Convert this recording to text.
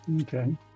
Okay